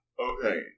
Okay